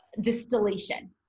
distillation